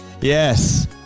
Yes